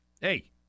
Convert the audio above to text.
Hey